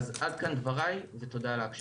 עד כאן דבריי ותודה על ההקשבה.